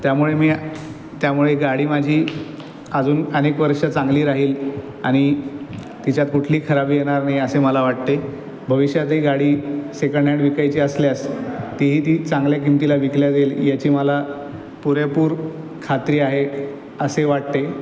त्यामुळे मी त्यामुळे गाडी माझी अजून अनेक वर्षं चांगली राहील आणि तिच्यात कुठली खराबी येणार नाही असे मला वाटते भविष्यातही गाडी सेकंड हँड विकायची असल्यास तीही ती चांगल्या किमतीला विकल्या जाईल याची मला पुरेपूर खात्री आहे असे वाटते